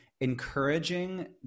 encouraging